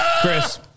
Chris